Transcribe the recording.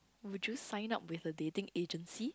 would you sign up with a dating agency